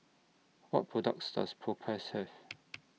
What products Does Propass Have